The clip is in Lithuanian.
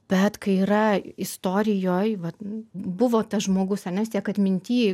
bet kai yra istorijoj vat buvo tas žmogus ar ne vistiek atminty